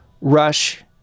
rush